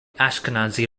ashkenazi